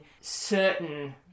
certain